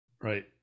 Right